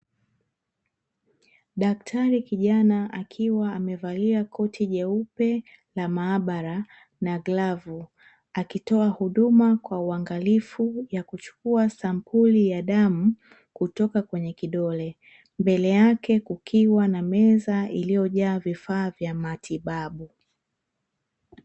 Daktari kijana akiwa amevalia koti jeupe, la maabara, na glavu, akitoa huduma kwa uangalifu ya kuchukua sampuli ya damu, kutoka kwenye kidole. Mbele yake kukiwa na meza iliyojaa vifaa vya matibabu.